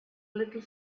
little